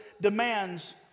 demands